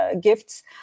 gifts